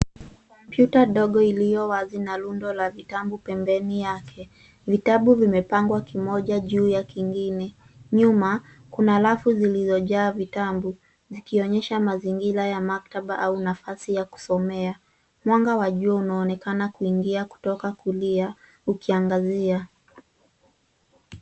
Kompyuta ndogo ilio wazi na rundo la vitabu pembeni yake, vitabu vimepangwa kimoja juu ya kingine. Nyuma, kuna rafu zilizojaa vitabu, zikionyesha mazingira ya maktaba au nafasi ya kusomea, mwanga wa jua unaonekana kuingia kutoka kulia, ukiangazia.